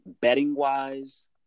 betting-wise